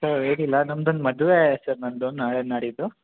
sir ಏನಿಲ್ಲ ನಮ್ದು ಒಂದು ಮದುವೆ ಸರ್ ನಂದು ನಾಳೆ ನಾಡಿದ್ದು